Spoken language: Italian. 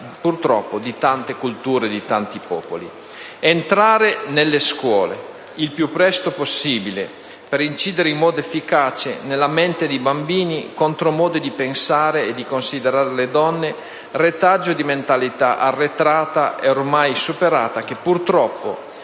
purtroppo, di tante culture e tanti popoli. Occorre entrare nelle scuole il più presto possibile, per incidere in modo efficace nella mente dei bambini contro modi di pensare e considerare le donne retaggio di mentalità arretrata e ormai superata, purtroppo